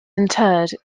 interred